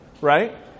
right